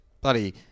Bloody